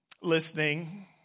listening